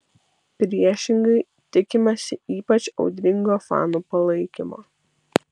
priešingai tikimasi ypač audringo fanų palaikymo